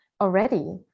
already